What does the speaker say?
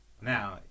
Now